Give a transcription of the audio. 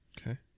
Okay